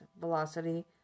velocity